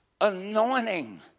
anointing